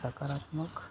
સકારાત્મક